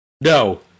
No